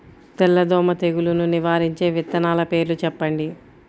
తెల్లదోమ తెగులును నివారించే విత్తనాల పేర్లు చెప్పండి?